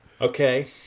okay